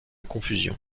confusion